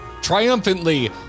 triumphantly